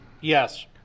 yes